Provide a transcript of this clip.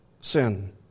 sin